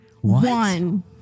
One